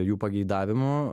jų pageidavimu